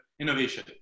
innovation